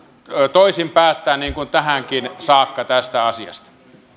toisin päättää niin kuin tähänkin saakka tästä asiasta